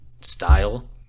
style